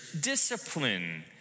discipline